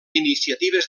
iniciatives